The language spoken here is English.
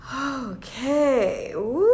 okay